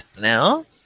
now